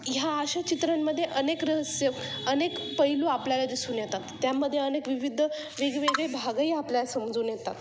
ह्या अशा चित्रांमध्ये अनेक रहस्य अनेक पैलू आपल्याला दिसून येतात त्यामध्ये अनेक विविध वेगवेगळे भागही आपल्याला समजून येतात